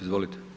Izvolite.